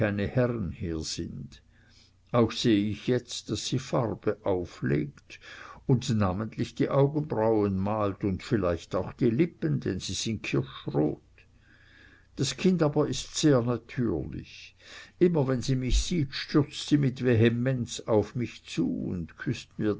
herren hier sind auch seh ich jetzt daß sie farbe auflegt und namentlich die augenbrauen malt und vielleicht auch die lippen denn sie sind kirschrot das kind aber ist sehr natürlich immer wenn sie mich sieht stürzt sie mit vehemenz auf mich zu und küßt mir